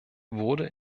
wurde